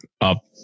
up